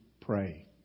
pray